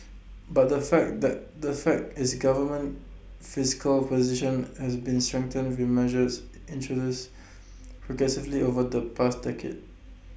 but the fact that the fact is the government's fiscal position has been strengthened with measures introduced progressively over the past decade